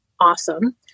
awesome